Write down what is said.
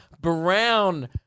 brown